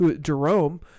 Jerome